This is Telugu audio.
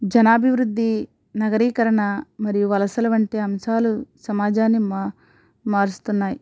జనాభివృద్ధి నగరీకరణ మరియు వలసల వంటి అంశాలు సమాజాన్ని మా మారుస్తున్నాయి